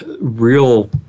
real